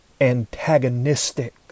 antagonistic